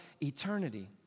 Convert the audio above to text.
eternity